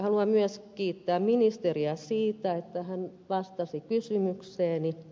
haluan myös kiittää ministeriä siitä että hän vastasi kysymykseeni